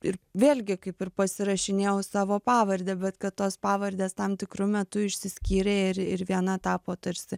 ir vėlgi kaip ir pasirašinėjau savo pavarde bet kad tos pavardės tam tikru metu išsiskyrė ir ir viena tapo tarsi